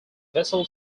vessel